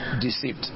deceived